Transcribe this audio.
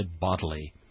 bodily